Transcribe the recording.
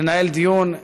לנהל דיון.